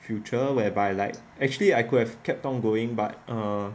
future whereby like actually I could have kept on going but err